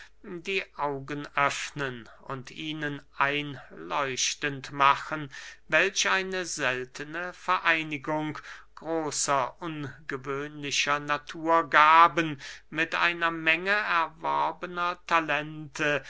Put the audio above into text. die augen öffnen und ihnen einleuchtend machen welch eine seltene vereinigung großer ungewöhnlicher naturgaben mit einer menge erworbener talente